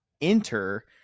enter